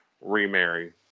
remarry